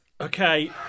Okay